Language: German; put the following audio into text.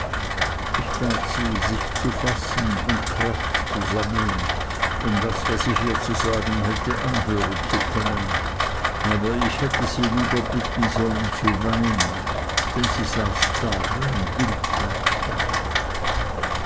ich bat sie sich zu fassen und kraft zu sammeln um das was ich ihr zu sagen hätte anhören zu können aber ich hätte sie lieber bitten sollen zu weinen denn sie saß da wie ein bild von stein